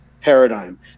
paradigm